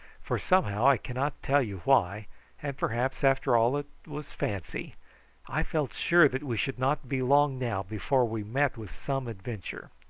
for somehow, i cannot tell you why and perhaps after all it was fancy i felt sure that we should not be long now before we met with some adventure.